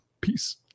Peace